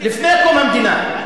לפני קום המדינה,